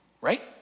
right